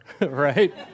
right